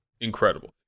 incredible